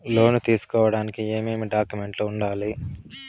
లోను తీసుకోడానికి ఏమేమి డాక్యుమెంట్లు ఉండాలి